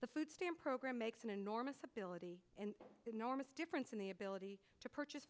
the food stamp program makes an enormous ability an enormous difference in the ability to purchase